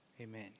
Amen